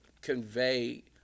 convey